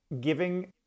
giving